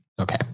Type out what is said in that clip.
okay